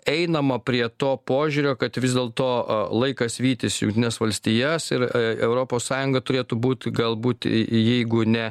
einama prie to požiūrio kad vis dėlto a laikas vytis jungtines valstijas ir europos sąjunga turėtų būt galbūt jeigu ne